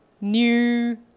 new